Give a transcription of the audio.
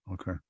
Okay